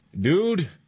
dude